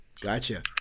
Gotcha